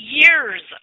years